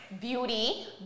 Beauty